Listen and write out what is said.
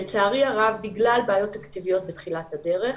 לצערי הרב בגלל בעיות תקציביות בתחילת הדרך,